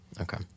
Okay